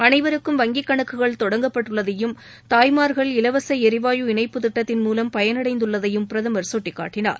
அளைவருக்கும் வங்கிக் கணக்குகள் தொடங்கப்பட்டுள்ளதையும் தாய்மார்கள் இலவசளரிவாயு இணைப்புத் திட்டத்தின் மூலம் பயன் அடைந்தள்ளதையும் பிரதமர் கட்டிக்காட்டினார்